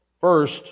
First